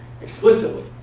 explicitly